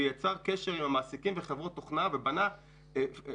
הוא יצר קשר עם המעסיקים ועם חברות תוכנה ובנה יכולת